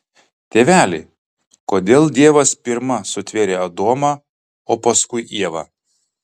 tėveli kodėl dievas pirma sutvėrė adomą o paskui ievą